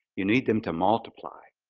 you need them to multiply,